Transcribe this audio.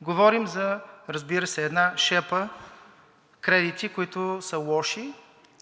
говорим за една шепа кредити, които са лоши,